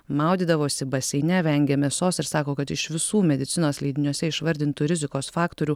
maudydavosi baseine vengė mėsos ir sako kad iš visų medicinos leidiniuose išvardintų rizikos faktorių